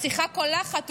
/ השיחה קולחת,